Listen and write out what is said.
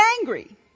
angry